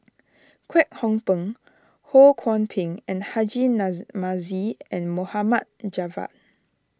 Kwek Hong Png Ho Kwon Ping and Haji Namazie Mohd Javad